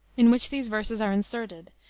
in which these verses are inserted,